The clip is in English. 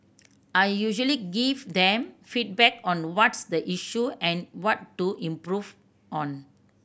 I usually give them feedback on what's the issue and what to improve on